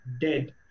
dead